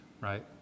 right